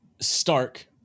Stark